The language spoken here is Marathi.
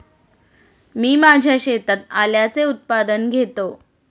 मी माझ्या शेतात आल्याचे उत्पादन घेतो